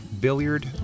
Billiard